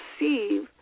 receive